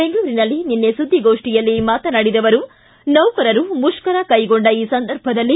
ಬೆಂಗಳೂರಿನಲ್ಲಿ ನಿನ್ನೆ ಸುದ್ದಿಗೋಷ್ಟಿಯಲ್ಲಿ ಮಾತನಾಡಿದ ಅವರು ನೌಕರರು ಮುಷ್ಕರ ಕೈಗೊಂಡ ಈ ಸಂದರ್ಭದಲ್ಲಿ